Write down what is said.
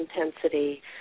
intensity